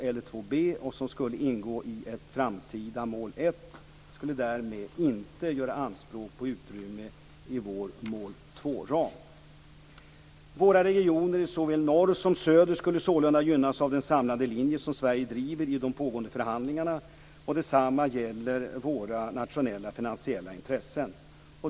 5 b och som skulle ingå i ett framtida mål 1 skulle därmed inte göra anspråk på utrymme i vår mål 2 Våra regioner i såväl norr som söder skulle sålunda gynnas av den samlade linje som Sverige driver i de pågående förhandlingarna och detsamma gäller våra nationella finansiella intressen.